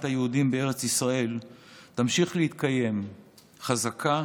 היהודים בארץ ישראל תמשיך להתקיים חזקה,